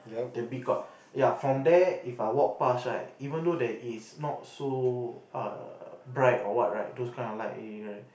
the B court ya from there If I walk past right even though there is not so err bright or what right those kind of light area